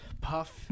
Puff